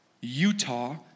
Utah